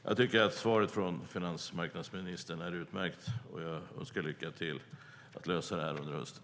Jag tycker att svaret från finansmarknadsministern är utmärkt och önskar lycka till med att lösa detta under hösten.